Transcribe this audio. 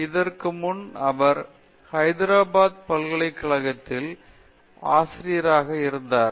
இதற்கு முன் அவர் ஹைதராபாத் பல்கலைக்கழகத்தில் ஆசிரியராக இருந்தார்